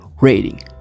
rating